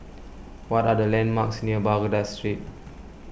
what are the landmarks near Baghdad Street